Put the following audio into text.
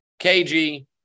KG